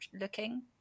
looking